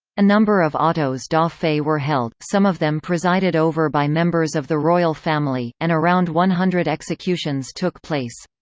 a number of autos-da-fe were held, some of them presided over by members of the royal family, and around one hundred executions took place.